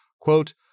quote